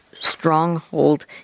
stronghold